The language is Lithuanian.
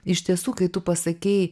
iš tiesų kai tu pasakei